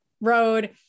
road